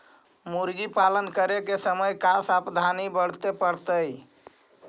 मुर्गी पालन करे के समय का सावधानी वर्तें पड़तई?